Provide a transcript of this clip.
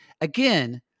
Again